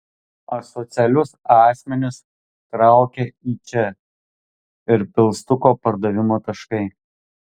asocialius asmenis traukia į čia ir pilstuko pardavimo taškai